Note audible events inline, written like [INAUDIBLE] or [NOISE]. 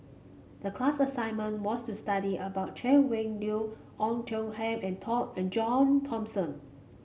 the class assignment was to study about Chay Weng Yew Oei Tiong Ham and [UNINTELLIGIBLE] and John Thomson